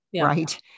right